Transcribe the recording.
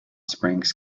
springs